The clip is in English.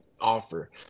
offer